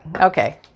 okay